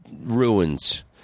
ruins